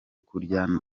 kurya